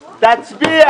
תצביע.